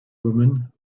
woman